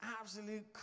absolute